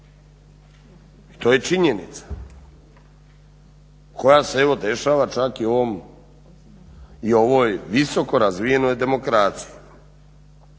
To je činjenica koja se dešava čak i u ovoj visoko razvijenoj demokraciji.